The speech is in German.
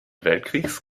weltkrieges